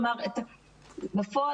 בפועל,